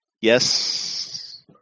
Yes